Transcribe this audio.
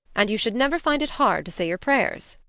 and you should never find it hard to say your prayers.